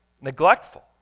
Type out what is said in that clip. neglectful